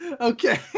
Okay